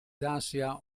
dacia